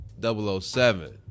007